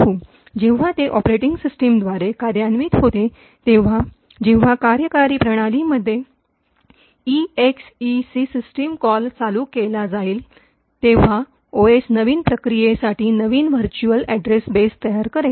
जेव्हा ते ऑपरेटिंग सिस्टमद्वारे कार्यान्वित होते तेव्हा जेव्हा कार्यकारी प्रणालीमध्ये ईएक्सईसी सिस्टम कॉल चालू केला जाईल तेव्हा ओएस नवीन प्रक्रियेसाठी नवीन व्हर्च्युअल अॅड्रेस बेस तयार करेल